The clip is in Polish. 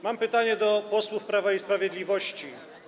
Mam pytanie do posłów Prawa i Sprawiedliwości.